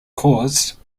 caused